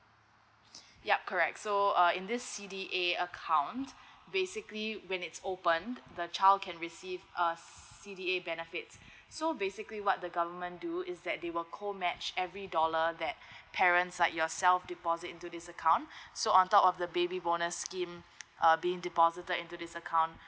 yup correct so uh in this C_D_A account basically when it's open the child can receive a C_D_A benefits so basically what the government do is that they will co match every dollar that parents like yourself deposit into this account so on top of the baby bonus scheme uh been deposited into this account